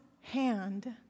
hand